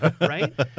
Right